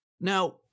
Now